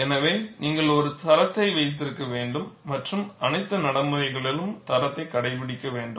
எனவே நீங்கள் ஒரு தரத்தை வைத்திருக்க வேண்டும் மற்றும் அனைத்து நடைமுறைகளிலும் தரத்தை கடைபிடிக்க வேண்டும்